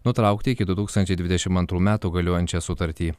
nutraukti iki du tūkstančiai dvidešim antrų metų galiojančią sutartį